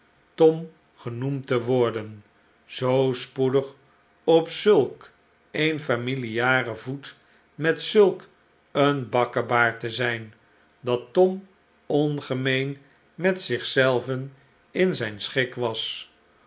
tom genoemd te worden zoo spoedig op zulk een familiaren voet met zulk eenbakkebaard te zijn dat tom ongemeen met zich zelven in zijn schik was